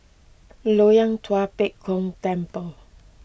Loyang Tua Pek Kong Temple